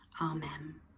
Amen